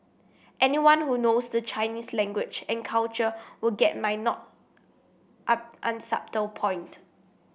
anyone who knows the Chinese language and culture would get my not on unsubtle point